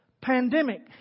pandemic